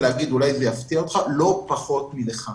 לא פחות ממך.